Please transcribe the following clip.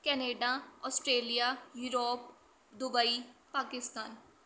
Canada Australia Europe Dubai Pakistan